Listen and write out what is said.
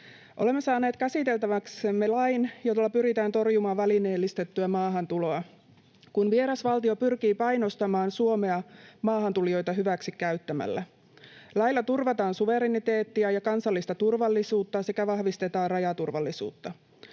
Olemme saaneet käsiteltäväksemme lain, jolla pyritään torjumaan välineellistettyä maahantuloa, kun vieras valtio pyrkii painostamaan Suomea maahantulijoita hyväksikäyttämällä. Lailla turvataan suvereniteettia ja kansallista turvallisuutta sekä vahvistetaan rajaturvallisuutta.